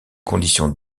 conditions